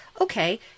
okay